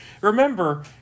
Remember